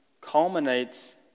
culminates